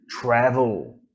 travel